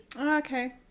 Okay